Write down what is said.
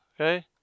Okay